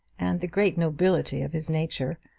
and the great nobility of his nature,